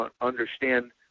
understand